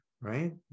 Right